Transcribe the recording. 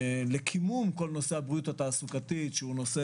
לכינון כל נושא הבריאות התעסוקתית שהוא נושא